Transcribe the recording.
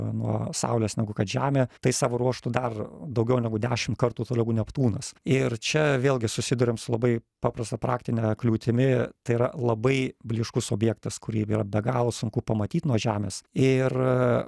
nuo saulės negu kad žemė tai savo ruožtu dar daugiau negu dešimt kartų toliau neptūnas ir čia vėlgi susiduriame su labai paprasta praktine kliūtimi tai yra labai blyškus objektas kurį yra be galo sunku pamatyt nuo žemės ir